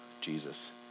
Jesus